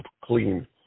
clean